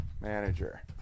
manager